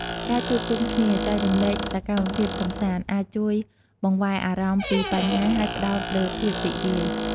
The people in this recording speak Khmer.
ការជួបជុំគ្នា ចែករំលែកសកម្មភាពកម្សាន្ត អាចជួយបង្វែរអារម្មណ៍ពីបញ្ហា ហើយផ្តោតលើភាពរីករាយ។